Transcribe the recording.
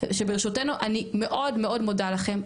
אני מאוד מאוד מודה לכם,